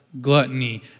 gluttony